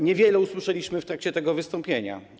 Niewiele usłyszeliśmy w trakcie tego wystąpienia.